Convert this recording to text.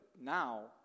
now